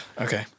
okay